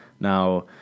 Now